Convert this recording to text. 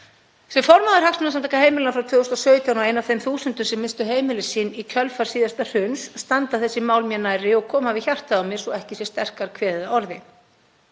Sem formaður Hagsmunasamtaka heimilanna frá 2017 og ein af þeim þúsundum sem misstu heimili sín í kjölfar síðasta hruns standa þessi mál mér nærri og koma við hjartað í mér svo að ekki sé sterkar kveðið að orði.